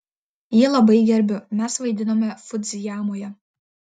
jį labai gerbiu mes vaidinome fudzijamoje